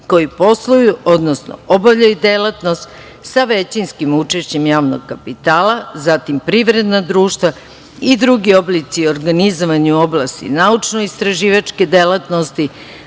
koji posluju, odnosno obavljaju delatnost sa većinskim učešćem javnog kapitala, zatim, privredna društva i drugi oblici organizovanja u oblasti naučno-istraživačke delatnosti